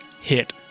hit